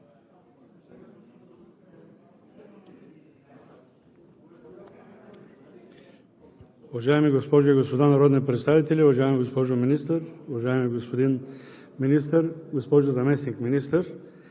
Уважаеми госпожи и господа народни представители, уважаема госпожо Министър, уважаеми господин Министър, госпожо Заместник-министър!